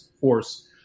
force